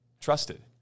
trusted